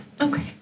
Okay